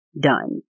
done